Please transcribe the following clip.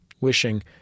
wishing